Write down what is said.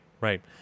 right